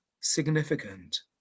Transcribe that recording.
significant